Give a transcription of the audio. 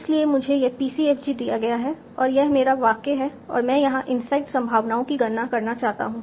इसलिए मुझे यह PCFG दिया गया है और यह मेरा वाक्य है और मैं यहां इनसाइड संभावनाओं की गणना करना चाहता हूं